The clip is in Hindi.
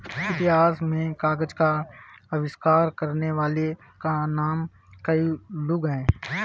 इतिहास में कागज का आविष्कार करने वाले का नाम काई लुन है